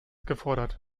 gefordert